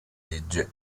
legge